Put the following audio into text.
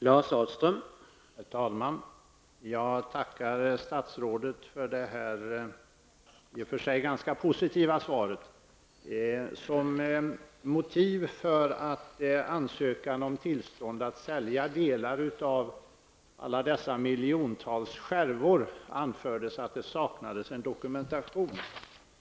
Herr talman! Jag tackar statsrådet för det i och för sig ganska positiva svaret. Som motiv för att avslå ansökan om att sälja delar av alla dessa miljontals skärvor anfördes att det saknades en dokumentation.